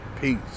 Peace